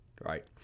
right